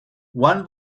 one